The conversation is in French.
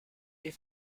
est